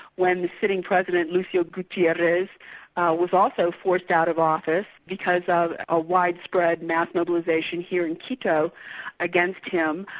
when the sitting president, lucio guitierrez was also forced out of office, because of a widespread mass mobilisation here in quito against him.